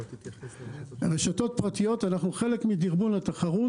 רשתות פרטיות, אנחנו חלק מדרבון התחרות.